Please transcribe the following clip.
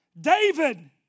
David